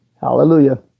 Hallelujah